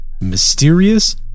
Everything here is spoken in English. mysterious